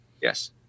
Yes